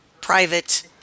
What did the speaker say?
private